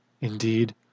Indeed